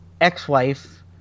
ex-wife